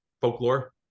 folklore